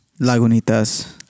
Lagunitas